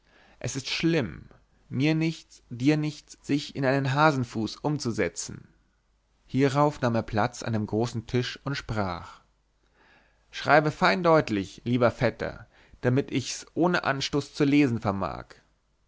es ist schlimm mir nichts dir nichts sich in einen hasenfuß umzusetzen hierauf nahm er platz an dem großen tisch und sprach schreibe fein deutlich lieber vetter damit ich's ohne anstoß zu lesen vermag